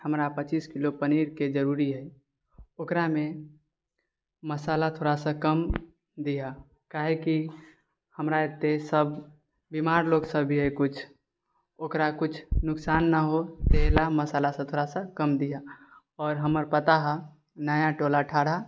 हमरा पचीस किलो पनीरके जरूरी है ओकरामे मसाला थोड़ासँ कम दिहऽ काहेकि हमरा एतय सब बीमार लोक सब भी है किछु ओकरा कुछ नुकसान नहि हो ताहि लअ मसाला सब थोड़ासँ कम दिहऽ आउर हमर पता हऽ नया टोला अठारह